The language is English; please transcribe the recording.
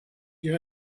you